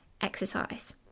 exercise